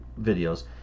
videos